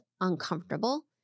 uncomfortable